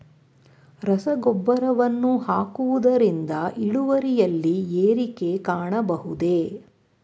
ರಸಗೊಬ್ಬರವನ್ನು ಹಾಕುವುದರಿಂದ ಇಳುವರಿಯಲ್ಲಿ ಏರಿಕೆ ಕಾಣಬಹುದೇ?